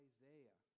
Isaiah